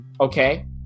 Okay